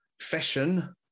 fashion